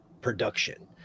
production